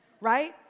right